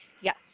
Yes